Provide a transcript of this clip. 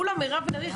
כולה מירב בן ארי,